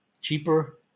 cheaper